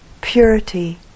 purity